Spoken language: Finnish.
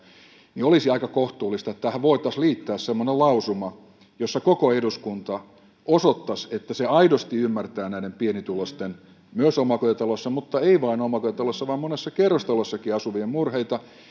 niin olisi aika kohtuullista että tähän voitaisiin liittää semmoinen lausuma jossa koko eduskunta osoittaisi että se aidosti ymmärtää näiden pienituloisten myös omakotitaloissa mutta ei vain omakotitaloissa vaan monien kerrostalossakin asuvien murheita